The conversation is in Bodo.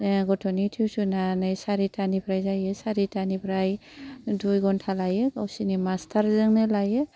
ए गथ'नि टिउसना नै सारिथानिफ्रा जायो सारिथानिफ्राय दुइ गन्था लायो गावसिनि मास्थारजोंनो लायो